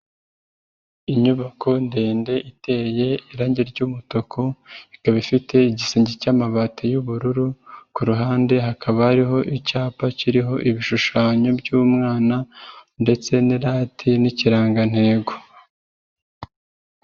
Inyubako ndende iteye irangi ry'umutuku ikaba ifite igisenge cy'amabati y'ubururu, ku ruhande hakaba hariho icyapa kiriho ibishushanyo by'umwana ndetse n'irate n'ikirangantego.